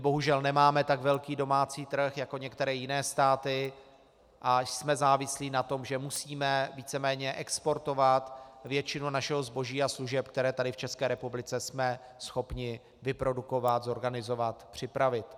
Bohužel nemáme tak velký domácí trh jako některé jiné státy a jsme závislí na tom, že musíme víceméně exportovat většinu našeho zboží a služeb, které tady v ČR jsme schopni vyprodukovat, zorganizovat, připravit.